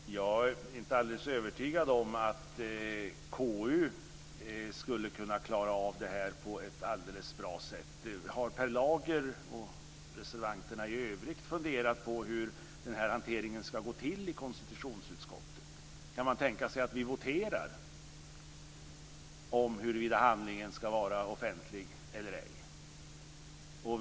Fru talman! Jag är inte alldeles övertygad om att KU skulle kunna klara av detta på ett bra sätt. Har Per Lager och reservanterna i övrigt funderat på hur den här hanteringen ska gå till i konstitutionsutskottet? Kan man tänka sig att vi voterar om huruvida handlingen ska vara offentlig eller inte?